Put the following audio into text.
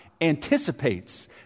anticipates